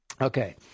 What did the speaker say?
Okay